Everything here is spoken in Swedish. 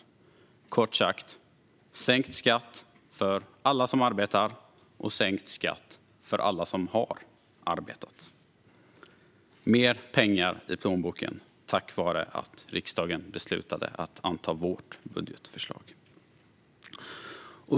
Vi införde kort sagt sänkt skatt för alla som arbetar och för alla som har arbetat - mer pengar i plånboken tack vare att riksdagen beslutade att anta vårt budgetförslag.